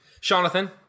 Jonathan